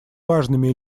важными